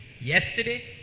Yesterday